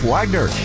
Wagner